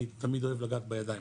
אני תמיד אוהב לגעת בידיים.